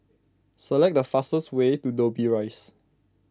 select the fastest way to Dobbie Rise